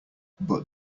but